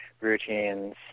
routines